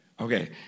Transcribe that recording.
Okay